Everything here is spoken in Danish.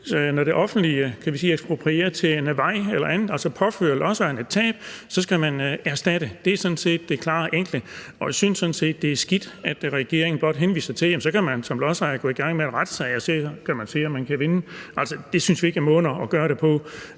når det offentlige eksproprierer til en vej eller andet, altså påfører lodsejeren et tab, at man så skal erstatte det. Det er sådan set det klare og enkle. Og jeg synes sådan set, at det er skidt, at regeringen blot henviser til, at man som lodsejer kan gå i gang med retssager og se, om man kan vinde. Det synes vi altså ikke er måde at gøre det på.